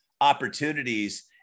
opportunities